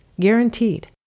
Guaranteed